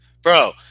Bro